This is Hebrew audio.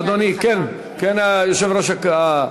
אדוני, כן, כן, היושב-ראש.